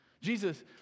Jesus